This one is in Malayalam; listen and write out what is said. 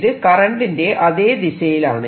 ഇത് കറന്റിന്റെ അതെ ദിശയിലാണ്